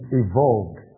evolved